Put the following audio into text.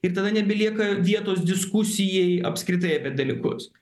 ir tada nebelieka vietos diskusijai apskritai apie dalykus